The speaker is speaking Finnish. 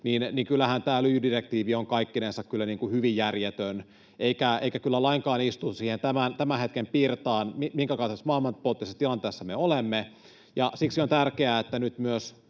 niin kyllähän tämä lyijydirektiivi on kaikkinensa kyllä hyvin järjetön, eikä kyllä lainkaan istu siihen tämän hetken pirtaan, minkäkaltaisessa maailmanpoliittisessa tilanteessa me olemme, ja siksi on tärkeää, että nyt myös